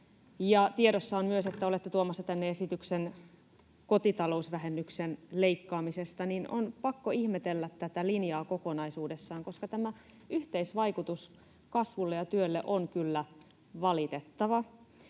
tiedossa on myös, että olette tuomassa tänne esityksen kotitalousvähennyksen leikkaamisesta, niin on pakko ihmetellä tätä linjaa kokonaisuudessaan, koska yhteisvaikutus kasvuun ja työhön on kyllä valitettava.